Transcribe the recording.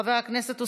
חבר הכנסת אחמד טיבי,